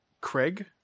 Craig